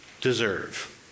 deserve